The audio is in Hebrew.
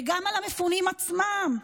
וגם על המפונים עצמם.